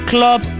Club